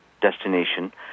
destination